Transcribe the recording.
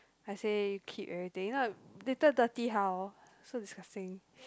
I say keep everything if not later dirty how so disgusting